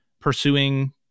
pursuing